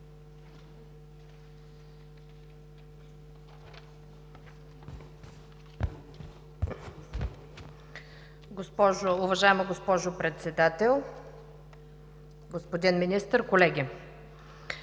Уважаема госпожо Председател, господин Министър, колеги!